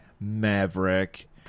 Maverick